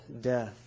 death